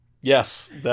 Yes